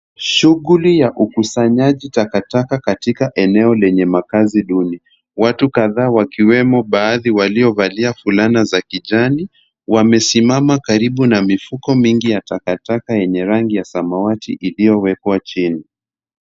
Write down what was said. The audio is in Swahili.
Shughuli ya ukusanyaji wa takataka katika eneo lenye makazi duni. Watu kadhaa wakiwemo baadhi waliovalia fulana za kijani wamesimama karibu na mifuko mingi ya takataka yenye rangi ya samawati iliyowekwa chini.